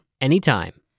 anytime